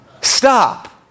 stop